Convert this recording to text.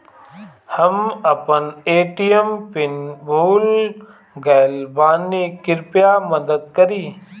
हम अपन ATM PIN भूल गएल बानी, कृपया मदद करीं